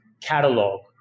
catalog